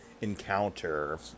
Encounter